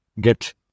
get